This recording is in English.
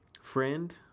friend